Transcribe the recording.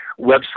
website